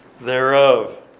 thereof